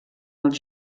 els